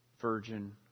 virgin